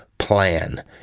Plan